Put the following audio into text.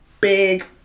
big